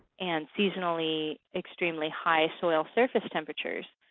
and seasonally extremely high soil surface temperatures.